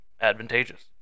advantageous